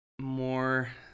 more